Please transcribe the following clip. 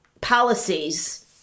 policies